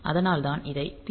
அதனால்தான் இதை P0